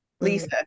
Lisa